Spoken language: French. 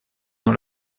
dans